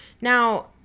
Now